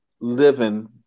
living